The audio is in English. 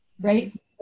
right